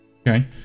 Okay